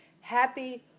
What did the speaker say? happy